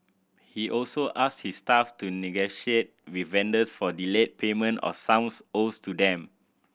he also asked his staff to negotiate with vendors for delayed payment of sums owed to them